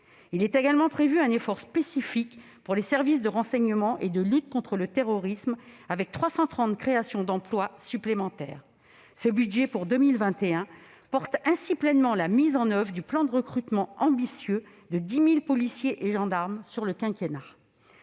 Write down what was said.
Il est également prévu un effort spécifique pour les services de renseignement et de lutte contre le terrorisme, avec 330 créations d'emplois supplémentaires. Ce budget pour 2021 poursuit ainsi pleinement la mise en oeuvre du plan de recrutement ambitieux de 10 000 policiers et gendarmes sur le quinquennat.